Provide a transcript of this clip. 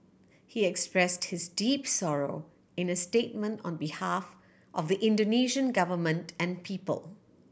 he express his deep sorrow in a statement on behalf of the Indonesian Government and people